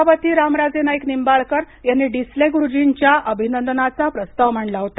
सभापती रामराजे नाईक निंबाळकर यांनी डिसले गुरूजींच्या अभिनंदनाचा प्रस्ताव मांडला होता